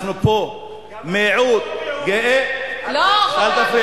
אנחנו פה מיעוט גאה, גם הטרור